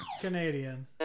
Canadian